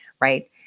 right